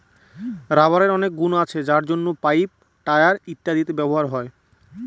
রাবারের অনেক গুন আছে যার জন্য পাইপ, টায়ার ইত্যাদিতে ব্যবহার হয়